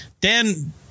Dan